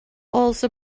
also